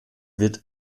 wird